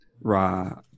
Ra